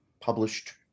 published